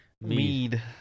Mead